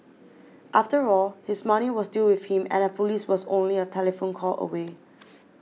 after all his money was still with him and the police was only a telephone call away